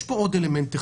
ישנו עוד אלמנט,